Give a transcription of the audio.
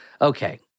okay